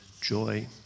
joy